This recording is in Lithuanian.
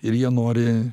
ir jie nori